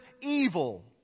evil